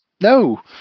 No